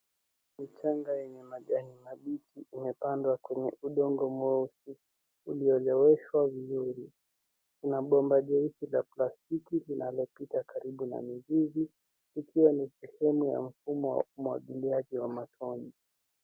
Mchanga yenye majani mabichi umepandwa kwenye udongo mweusi ulioloweshwa vizuri na bomba jeusi la plastiki linalopita karibu na mizizi ikiwa ni sehemu ya mfumo wa umwagiliaji wa matone.